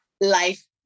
life